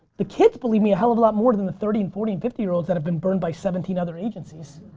the kids believe me a hell of a lot more than the thirty and forty and fifty year-olds that have been burned by seventeen other agencies.